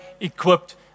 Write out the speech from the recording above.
equipped